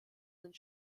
sind